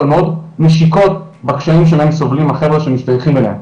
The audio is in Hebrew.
מאוד משיקות בקשיים שמהם סובלים החברה שמשתייכים אליהם,